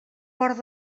port